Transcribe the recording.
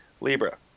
Libra